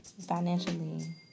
financially